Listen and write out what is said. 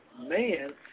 man